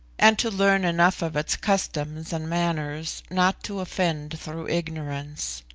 and to learn enough of its customs and manners not to offend through ignorance.